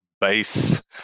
base